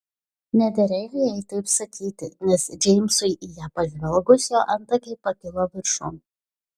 nederėjo jai taip sakyti nes džeimsui į ją pažvelgus jo antakiai pakilo viršun